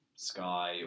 sky